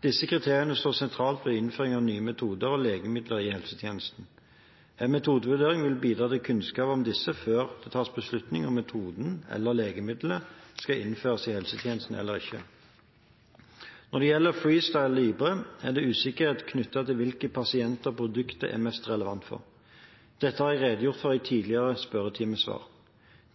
Disse kriteriene står sentralt ved innføring av nye metoder og legemidler i helsetjenesten. En metodevurdering vil bidra til kunnskap om disse før det tas beslutning om metoden eller legemiddelet skal innføres i helsetjenesten eller ikke. Når det gjelder FreeStyle Libre, er det usikkerhet knyttet til hvilke pasienter produktet er mest relevant for. Dette har jeg redegjort for i et tidligere spørretimesvar.